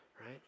right